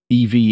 ev